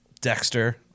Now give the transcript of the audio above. Dexter